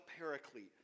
paraclete